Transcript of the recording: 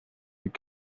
fut